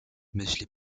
myśl